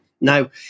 Now